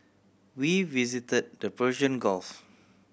we visit the Persian Gulf